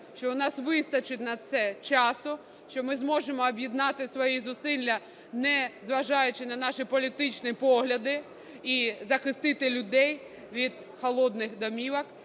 що у нас вистачить на це часу, що ми зможемо об'єднати свої зусилля, незважаючи на наші політичні погляди, і захистити людей від холодних домівок,